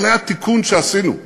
אבל היה תיקון שעשינו,